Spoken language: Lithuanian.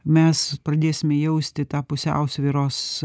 mes pradėsime jausti tą pusiausvyros